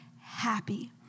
happy